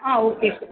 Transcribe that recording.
ah okay sir